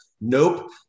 nope